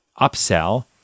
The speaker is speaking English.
upsell